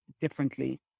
differently